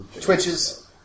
twitches